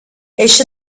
esce